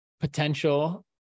potential